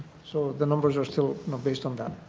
so the numbers are still based on that.